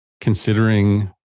considering